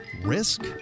Risk